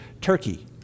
Turkey